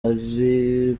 iri